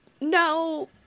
no